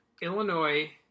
illinois